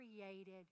created